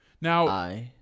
Now